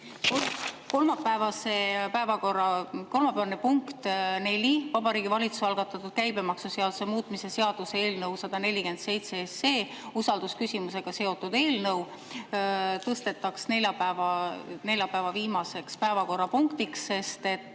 kolmapäevase päevakorra punkt neli ehk Vabariigi Valitsuse algatatud käibemaksuseaduse muutmise seaduse eelnõu 147, usaldusküsimusega seotud eelnõu, tõstetaks neljapäeva viimaseks päevakorrapunktiks, sest et